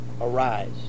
arise